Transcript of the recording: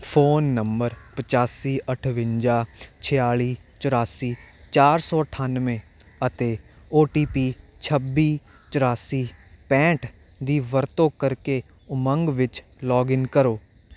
phone number ਪਚਾਸੀ ਅਠਵੰਜਾ ਛਿਤਾਲੀ ਚੁਰਾਸੀ ਚਾਰ ਅਠਾਨਵੇਂ ਅਤੇ ਓ ਟੀ ਪੀ ਛੱਬੀ ਚੁਰਾਸੀ ਪੈਂਹਠ ਦੀ ਵਰਤੋਂ ਕਰਕੇ ਉਮੰਗ ਵਿੱਚ ਲੌਗਇਨ ਕਰੋ